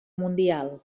mundial